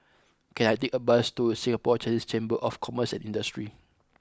can I take a bus to Singapore Chinese Chamber of Commerce and Industry